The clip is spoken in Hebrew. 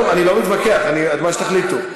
טוב, אני לא מתווכח, מה שתחליטו.